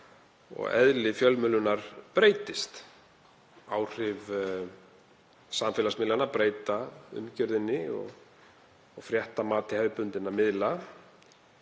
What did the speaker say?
og eðli fjölmiðlunar breytist, áhrif samfélagsmiðlanna breyta umgjörð og fréttamati hefðbundinna miðla